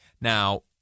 now